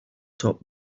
top